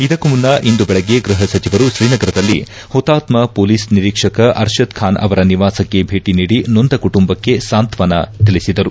ಇದಕ್ಕೂ ಮುನ್ನ ಇಂದು ಬೆಳಗ್ಗೆ ಗೃಹ ಸಚಿವರು ಶ್ರೀನಗರದಲ್ಲಿ ಹುತಾತ್ಮ ಪೊಲೀಸ್ ನಿರೀಕ್ಷಕ ಅರ್ಷದ್ ಖಾನ್ ಅವರ ನಿವಾಸಕ್ಕೆ ಭೇಟಿ ನೋಂದ ಕುಂಟುಂಕ್ಕೆ ಸಾಂತ್ವಾನ ತಿಳಿಸಿದರು